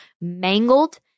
mangled